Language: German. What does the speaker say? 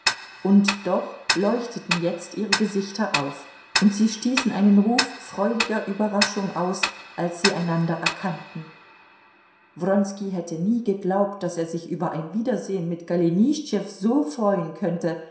und doch leuchteten jetzt ihre gesichter auf und sie stießen einen ruf freudiger überraschung aus als sie einander erkannten wronski hätte nie geglaubt daß er sich über ein wiedersehen mit golenischtschew so freuen könnte